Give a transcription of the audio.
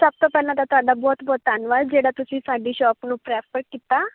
ਸਭ ਤੋਂ ਪਹਿਲਾਂ ਤਾਂ ਤੁਹਾਡਾ ਬਹੁਤ ਬਹੁਤ ਧੰਨਵਾਦ ਜਿਹੜਾ ਤੁਸੀਂ ਸਾਡੀ ਸ਼ੋਪ ਨੂੰ ਪ੍ਰੈਫਰ ਕੀਤਾ